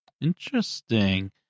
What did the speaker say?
Interesting